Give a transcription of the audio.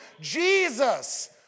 Jesus